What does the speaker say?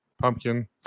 Pumpkin